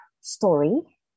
story